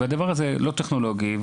והדבר הזה לא ייתקע טכנולוגית,